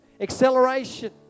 Acceleration